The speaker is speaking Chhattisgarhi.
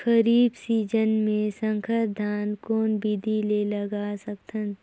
खरीफ सीजन मे संकर धान कोन विधि ले लगा सकथन?